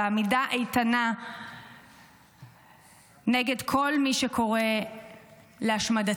ולעמידה איתנה נגד כל מי שקורא להשמדתנו.